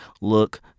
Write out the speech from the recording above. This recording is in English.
look